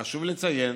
חשוב לציין